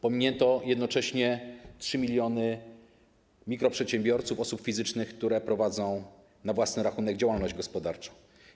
Pominięto jednocześnie 3 mln mikro przedsiębiorców, osób fizycznych, które prowadzą na własny rachunek działalność gospodarczą.